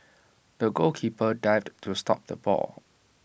the goalkeeper dived to stop the ball